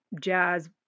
jazz